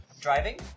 Driving